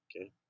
Okay